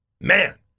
Man